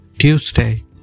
Tuesday